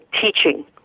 teaching